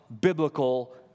biblical